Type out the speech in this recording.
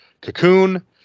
cocoon